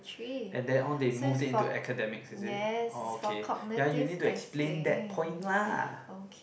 and then all they move them into academic is it oh okay ya you need to explain that point lah